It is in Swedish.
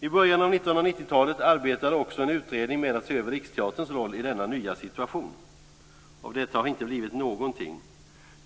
I början av 1990-talet arbetade också en utredning med att se över Riksteaterns roll i denna nya situation. Av detta har det inte blivit någonting.